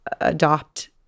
adopt